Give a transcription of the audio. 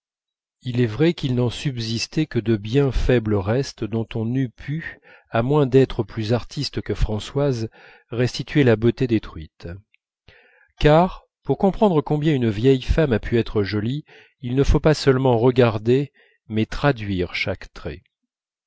il est vrai qu'il n'en subsistait que de bien faibles restes dont on n'eût pu à moins d'être plus artiste que françoise restituer la beauté détruite car pour comprendre combien une vieille femme a pu être jolie il ne faut pas seulement regarder mais traduire chaque trait